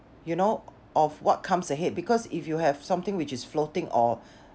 you know of what comes ahead because if you have something which is floating or